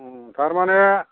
तारमाने